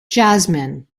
jasmine